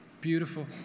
beautiful